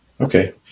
Okay